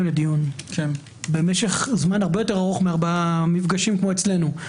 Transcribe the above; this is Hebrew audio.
לדיון במשך זמן הרבה יותר ארוך מארבעה מפגשים כמו אצלנו.